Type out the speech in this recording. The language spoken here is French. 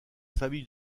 famille